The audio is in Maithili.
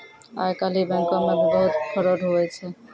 आइ काल्हि बैंको मे भी बहुत फरौड हुवै छै